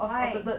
why